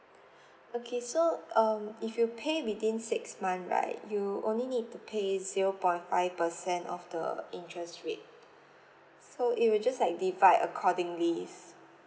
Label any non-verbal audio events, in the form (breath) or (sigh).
(breath) okay so um if you pay within six month right you only need to pay zero point five percent of the interest rate so it would just like divide accordingly